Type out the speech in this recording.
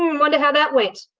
um wonder how that went?